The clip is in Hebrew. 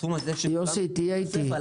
הסכום הזה מתווסף עליו --- יוסי תהיה איתי,